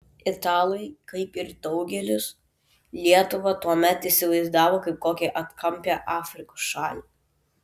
italai kaip ir daugelis lietuvą tuomet įsivaizdavo kaip kokią atkampią afrikos šalį